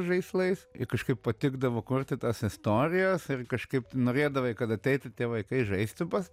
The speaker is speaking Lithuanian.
žaislais i kažkaip patikdavo kurti tas istorijas ir kažkaip norėdavai kad ateitų tie vaikai žaisti pats